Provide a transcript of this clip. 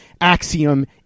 axiom